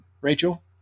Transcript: Rachel